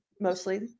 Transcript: mostly